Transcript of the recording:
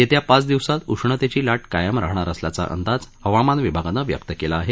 येत्या पाच दिवसांत उष्णतेची लाट कायम राहणार असल्याचा अंदाज हवामान विभागानं व्यक्त केला आहे